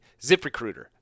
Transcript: ZipRecruiter